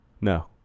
No